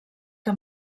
que